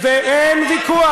אבל אופיר,